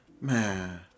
Man